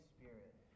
Spirit